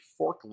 forklift